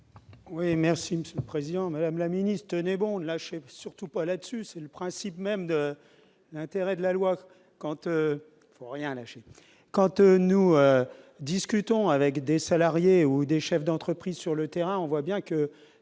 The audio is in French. Oui, merci Monsieur le Président, Madame la ministre n'est bon là surtout pas là-dessus, c'est le principe même de l'intérêt de la loi contre rien lâcher, nous discutons avec des salariés ou des chefs d'entreprise sur le terrain, on voit bien que